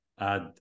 add